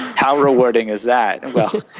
how rewarding is that? well,